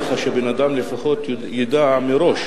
כדי שבן-אדם לפחות ידע מראש,